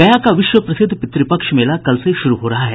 गया का विश्व प्रसिद्ध पितृपक्ष मेला कल से शुरू हो रहा है